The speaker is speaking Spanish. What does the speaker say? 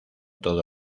todo